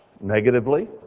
Negatively